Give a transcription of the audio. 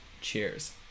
Cheers